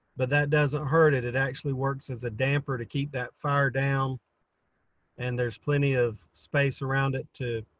but that doesn't hurt it. it actually works as a damper to keep that fire down and there's plenty of space around it to,